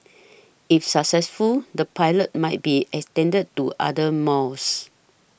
if successful the pilot might be extended to other malls